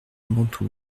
mantoue